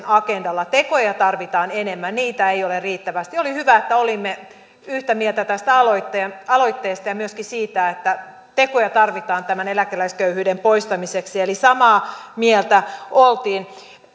agendalla tekoja tarvitaan enemmän niitä ei ole riittävästi on hyvä että olemme yhtä mieltä tästä aloitteesta ja myöskin siitä että tekoja tarvitaan tämän eläkeläisköyhyyden poistamiseksi eli samaa mieltä ollaan